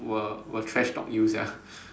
will will trash talk you ah